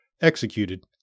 executed